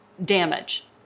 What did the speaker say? damage